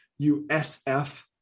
USF